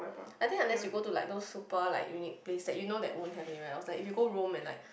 I think unless you go to like those super like unique place that you know that won't have anywhere else like if you go Rome and like